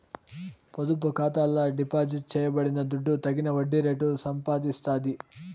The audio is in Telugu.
పొదుపు ఖాతాల డిపాజిట్ చేయబడిన దుడ్డు తగిన వడ్డీ రేటు సంపాదిస్తాది